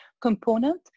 component